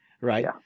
Right